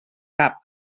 cap